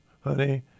honey